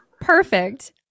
perfect